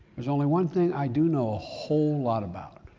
there's only one thing i do know a whole lot about,